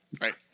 Right